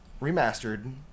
Remastered